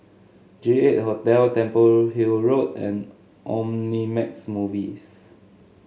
J eight Hotel Temple Hill Road and Omnimax Movies